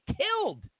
killed